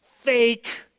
fake